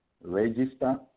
Register